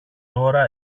τώρα